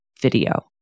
video